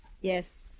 Yes